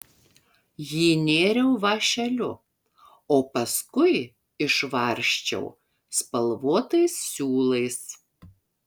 jį nėriau vąšeliu o paskui išvarsčiau spalvotais siūlais